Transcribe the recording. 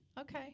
Okay